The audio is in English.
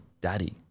daddy